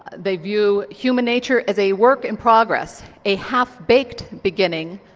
they view human nature as a work in progress, a half-baked beginning.